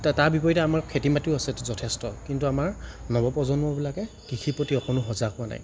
তা তাৰ বিপৰীতে আমাৰ খেতি মাতিও আছে যথেষ্ট কিন্তু আমাৰ নৱপ্ৰজন্মবিলাকে কৃষিৰ প্ৰতি অকণো সজাগ হোৱা নাই